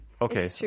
Okay